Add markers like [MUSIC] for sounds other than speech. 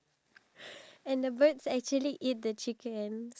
I don't know maybe maybe not [NOISE]